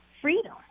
freedom